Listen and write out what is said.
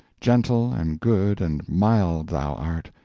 gentle and good and mild thou art,